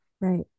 right